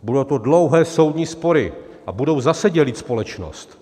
Budou to dlouhé soudní spory a budou zase dělit společnost.